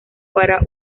para